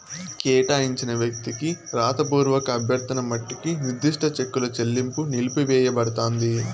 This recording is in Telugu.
కేటాయించిన వ్యక్తికి రాతపూర్వక అభ్యర్థన మట్టికి నిర్దిష్ట చెక్కుల చెల్లింపు నిలిపివేయబడతాంది